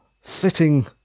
sitting